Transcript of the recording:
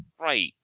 Right